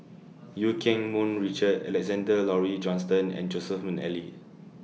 EU Keng Mun Richard Alexander Laurie Johnston and Joseph Mcnally